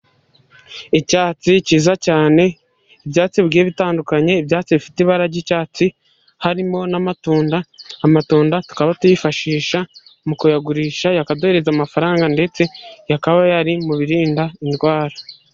Icyatsi cyiza cyane, ibyatsi bigiye bitandukanye, ibyatsi bifite ibara ry'icyatsi harimo n'amatunda, amatunda tukaba tuyifashisha mu kuyagurisha, akaduhereza amafaranga, ndetse akaba ari mu birinda indwara.